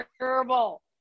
terrible